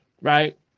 right